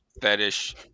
fetish